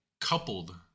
coupled